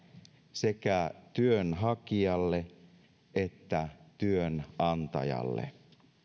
sekä työnhakijalle että työnantajalle